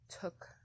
took